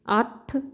ਅੱਠ